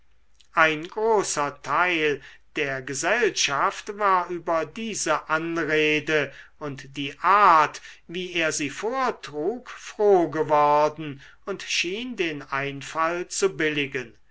ein großer teil der gesellschaft war über diese anrede und die art wie er sie vortrug froh geworden und schien den einfall zu billigen